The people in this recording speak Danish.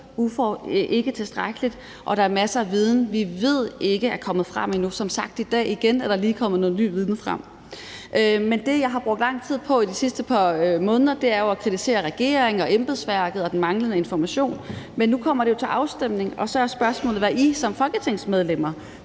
ikke er tilstrækkeligt, og hvor der er masser viden, vi ved ikke er kommet frem endnu. Som sagt er der igen i dag lige kommet noget ny viden frem. Det, jeg har brugt lang tid på de sidste par måneder, er jo at kritisere regeringen og embedsværket og den manglede information. Nu kommer det til afstemning, og så er spørgsmålet, hvad I som folketingsmedlemmer